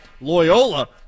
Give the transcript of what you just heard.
Loyola